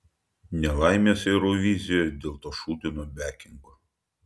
nelaimės eurovizijos dėl to šūdino bekingo